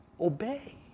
Obey